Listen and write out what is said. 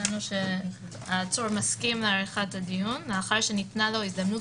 שהצענו שהעצור מסכים להארכת הדיון לאחר שניתנה לו הזדמנות